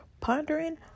Pondering